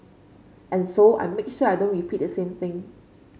and so I make sure I don't repeat the same thing